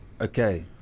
okay